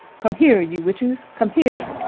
come here, you witches! come here!